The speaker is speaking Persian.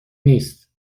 نیست